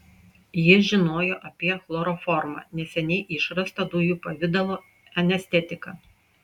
jis žinojo apie chloroformą neseniai išrastą dujų pavidalo anestetiką